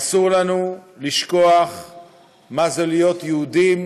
אסור לנו לשכוח מה זה להיות יהודים